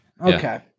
Okay